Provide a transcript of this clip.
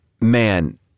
man